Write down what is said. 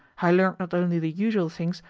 i learnt not only the usual things,